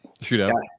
shootout